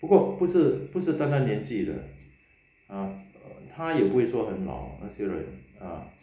不过不是单单年纪的 ha 他也不会说很老那些人啊